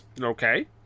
Okay